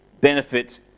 benefit